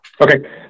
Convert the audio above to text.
Okay